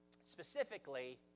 specifically